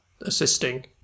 assisting